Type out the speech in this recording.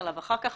לנושא זה אחר כך.